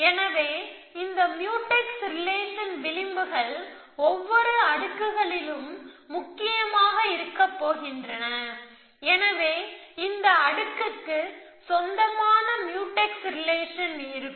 எனவே இந்த mutex relation விளிம்புகள் ஒவ்வொரு அடுக்குகளிலும் முக்கியமாக இருக்க போகின்றன எனவே இந்த அடுக்குக்கு சொந்தமான முயூடெக்ஸ் ரிலேஷன் இருக்கும்